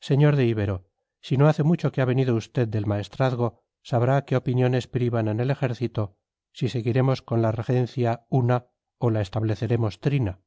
sr de ibero si no hace mucho que ha venido usted del maestrazgo sabrá qué opiniones privan en el ejército si seguiremos con la regencia una o la estableceremos trina